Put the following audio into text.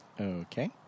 Okay